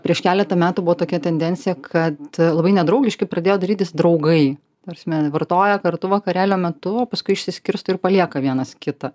prieš keletą metų buvo tokia tendencija kad labai nedraugiški pradėjo darytis draugai ta prasme vartoja kartu vakarėlio metu o paskui išsiskirsto ir palieka vienas kitą